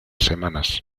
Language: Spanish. semanas